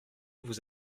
vous